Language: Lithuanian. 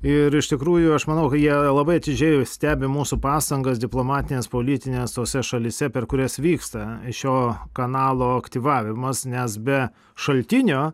ir iš tikrųjų aš manau jie labai atidžiai stebi mūsų pastangas diplomatines politines tose šalyse per kurias vyksta šio kanalo aktyvavimas nes be šaltinio